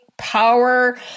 power